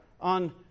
on